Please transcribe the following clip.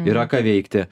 yra ką veikti